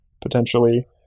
potentially